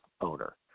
owner